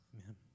Amen